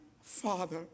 father